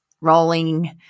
rolling